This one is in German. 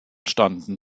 standen